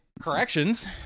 corrections